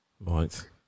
Right